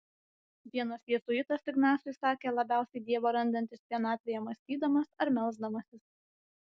vienas jėzuitas ignacui sakė labiausiai dievą randantis vienatvėje mąstydamas ar melsdamasis